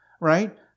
right